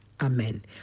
amen